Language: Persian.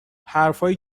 حرفهایی